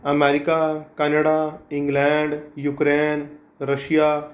America Canada England Ukraine Russia